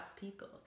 people